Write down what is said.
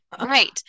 right